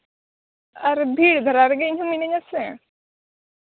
ᱟᱨ ᱵᱷᱤᱲ ᱫᱷᱟᱨᱟ ᱨᱮᱜᱮ ᱤᱧ ᱦᱚᱸ ᱢᱤᱱᱟᱹᱧᱟ ᱥᱮ